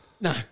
No